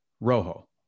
Rojo